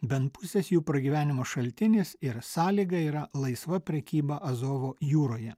bent pusės jų pragyvenimo šaltinis ir sąlyga yra laisva prekyba azovo jūroje